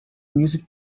music